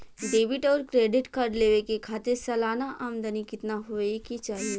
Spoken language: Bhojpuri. डेबिट और क्रेडिट कार्ड लेवे के खातिर सलाना आमदनी कितना हो ये के चाही?